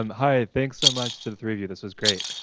um hi, thanks so much to the three of you. this was great.